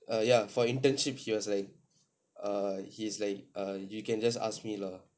err yeah for internship he was like he's like err you can just ask me lah